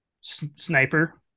sniper